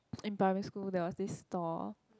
in primary school there was this stall